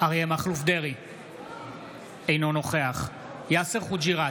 אריה מכלוף דרעי, אינו נוכח יאסר חוג'יראת,